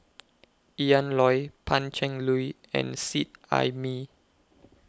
Ian Loy Pan Cheng Lui and Seet Ai Mee